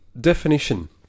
Definition